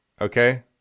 okay